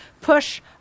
push